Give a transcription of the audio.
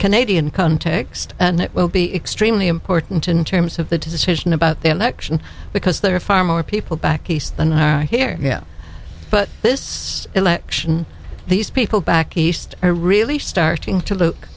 canadian context and it will be extremely important in terms of the decision about the election because there are far more people back east than are here yeah but this election these people back east are really starting to look